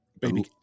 Baby